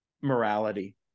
morality